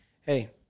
hey